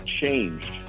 changed